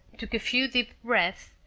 took a few deep breaths,